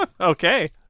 Okay